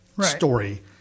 story